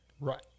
Right